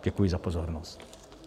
Děkuji za pozornost.